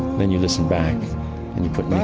then you listen back and you put nick